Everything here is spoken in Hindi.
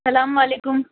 सलाम वालेकुम